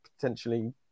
potentially